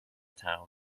town